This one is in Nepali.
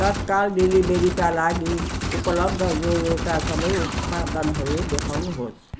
तत्काल डेलिभेरीका लागि उपलब्ध जोयोका सबै उत्पादनहरू देखाउनुहोस्